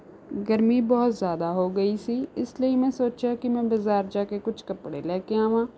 ਗਰਮੀ ਬਹੁਤ ਜ਼ਿਆਦਾ ਹੋ ਗਈ ਸੀ ਇਸ ਲਈ ਮੈਂ ਸੋਚਿਆ ਕਿ ਮੈਂ ਬਾਜ਼ਾਰ ਜਾ ਕੇ ਕੁਛ ਕੱਪੜੇ ਲੈ ਕੇ ਆਵਾਂ